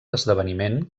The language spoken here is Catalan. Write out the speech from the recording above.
esdeveniment